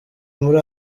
muri